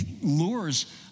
lures